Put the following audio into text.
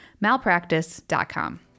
Malpractice.com